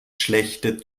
schlechte